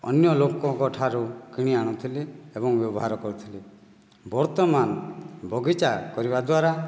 ଅନ୍ୟ ଲୋକଙ୍କ ଠାରୁ କିଣି ଆଣୁଥିଲି ଏବଂ ବ୍ୟବହାର କରୁଥିଲି ବର୍ତ୍ତମାନ ବଗିଚା କରିବା ଦ୍ୱାରା